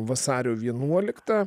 vasario vienuoliktą